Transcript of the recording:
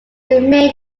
remain